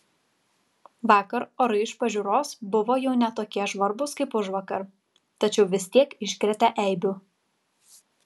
vakar orai iš pažiūros buvo jau ne tokie žvarbūs kaip užvakar tačiau vis tiek iškrėtė eibių